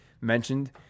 mentioned